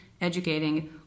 educating